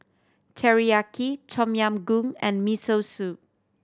Teriyaki Tom Yam Goong and Miso Soup